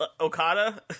okada